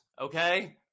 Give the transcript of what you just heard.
Okay